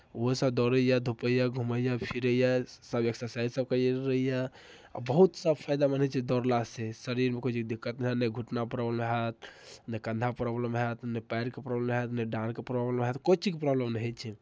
ओहोसभ दौड़ैए धूपैए घूमैए फिरैए सभ एक्सरसाइजसभ करैत रहैए आ बहुत सभ फायदामन्द होइ छै दौड़लासँ शरीरमे कोइ चीजके दिक्कत नहि हएत नहि घुटना प्रॉब्लम हएत नहि कन्धा प्रॉब्लम हएत नहि पएरके प्रॉब्लम हएत नहि डाँड़के प्रॉब्लम हएत कोइ चीजके प्रॉब्लम नहि होइ छै